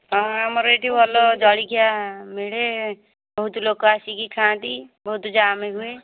ହଁ ଆମର ଏଇଠି ଭଲ ଜଳଖିଆ ମିଳେ ବହୁତ ଲୋକ ଆସିକି ଖାଆନ୍ତି ବହୁତ ଜାମ୍ ହୁଏ